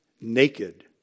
naked